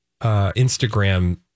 Instagram